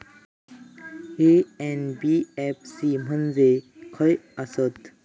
NBFC म्हणजे खाय आसत?